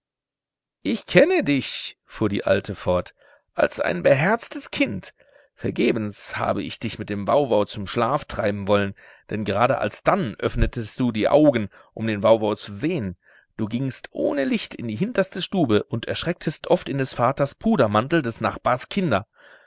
ich kenne dich fuhr die alte fort als ein beherztes kind vergebens habe ich dich mit dem wauwau zum schlaf treiben wollen denn gerade alsdann öffnetest du die augen um den wauwau zu sehen du gingst ohne licht in die hinterste stube und erschrecktest oft in des vaters pudermantel des nachbars